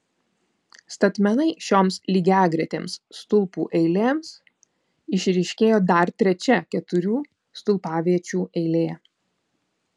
statmenai šioms lygiagretėms stulpų eilėms išryškėjo dar trečia keturių stulpaviečių eilė